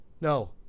no